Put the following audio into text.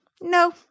no